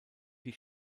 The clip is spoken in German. die